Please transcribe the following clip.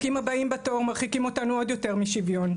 החוקים הבאים בתור מרחיקים אותנו עוד יותר משוויון,